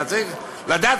אתה צריך לדעת,